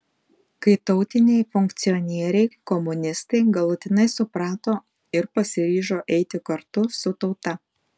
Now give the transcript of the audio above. kai tautiniai funkcionieriai komunistai galutinai suprato ir pasiryžo eiti kartu su tauta